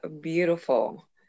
beautiful